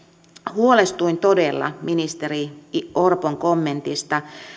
huolestuin todella ministeri orpon kommentista